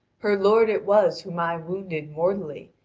her lord it was whom i wounded mortally,